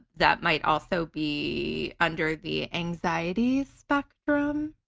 that might also be under the anxieties spectrum.